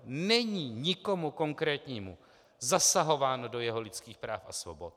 Není nikomu konkrétnímu zasahováno do jeho lidských práv a svobod!